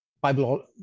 Bible